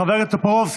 חבר הכנסת טופורובסקי,